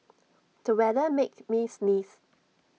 the weather made me sneeze